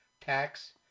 tax